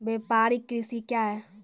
व्यापारिक कृषि क्या हैं?